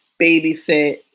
babysit